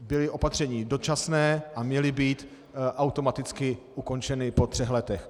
Byla to opatření dočasná a měla být automaticky ukončena po třech letech.